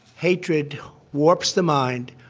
hatred warps the mind,